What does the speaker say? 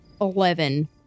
Eleven